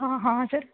आं हां सर